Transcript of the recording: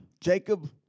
Jacob